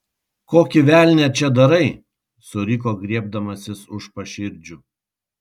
kokį velnią čia darai suriko griebdamasis už paširdžių